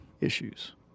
issues